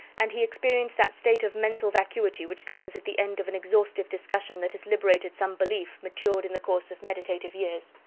and he experienced that state of mental vacuity which comes at the end of an exhaustive discussion that has liberated some belief matured in the course of meditative years.